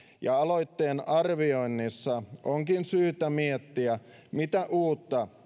ja aloitteen arvioinnissa onkin syytä miettiä mitä uutta